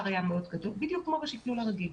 בדיוק כמו בשקלול הרגיל.